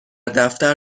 دفتر